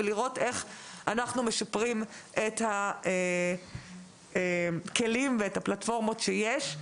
אנחנו רוצים לראות איך אנחנו משפרים את הכלים והפלטפורמות שיש.